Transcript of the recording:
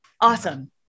Awesome